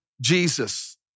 Jesus